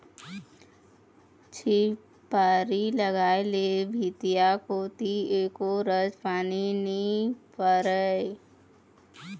झिपारी लगाय ले भीतिया कोती एको रच पानी नी परय